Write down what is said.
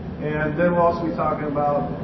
and then we'll also be talking about,